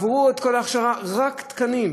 עברו את כל ההכשרה, רק תקנים,